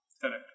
Correct